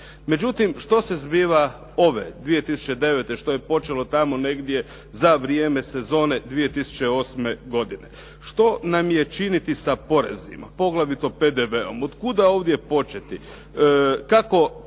Međutim, što se zbiva ove 2009. što je počelo tamo negdje za vrijeme sezone 2008. godine. Što nam je činiti sa porezima poglavito PDV-om.? Otkuda ovdje početi? Kako